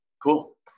Cool